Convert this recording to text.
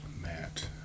Matt